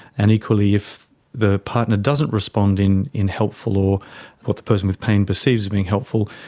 and equally if the partner doesn't respond in in helpful or what the person with pain perceives as being helpful,